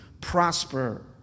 prosper